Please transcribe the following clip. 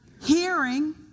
hearing